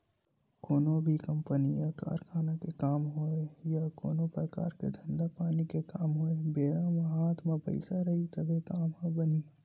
कोनो भी कंपनी या कारखाना के काम होवय या कोनो परकार के धंधा पानी के काम होवय बेरा म हात म पइसा रइही तभे काम ह बनही